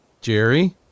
Jerry